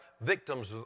victims